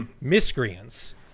miscreants